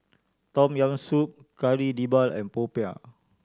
Tom Yam Soup Kari Debal and popiah